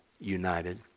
united